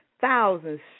thousands